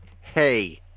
Hey